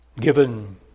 Given